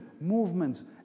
movements